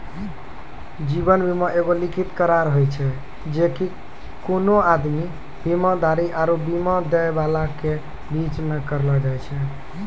जीवन बीमा एगो लिखित करार होय छै जे कि कोनो आदमी, बीमाधारी आरु बीमा दै बाला के बीचो मे करलो जाय छै